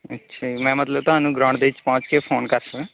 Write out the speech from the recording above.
ਅੱਛਾ ਜੀ ਮੈਂ ਮਤਲਬ ਤੁਹਾਨੂੰ ਗਰਾਊਂਡ ਦੇ ਵਿੱਚ ਪਹੁੰਚ ਕੇ ਫੋਨ ਕਰ ਸਕਦਾ